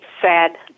sad